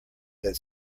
that